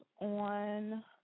on